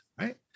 right